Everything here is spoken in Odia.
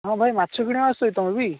ହଁ ଭାଇ ମାଛ କିଣିବାକୁ ଆସିଛ ତୁମେ ବି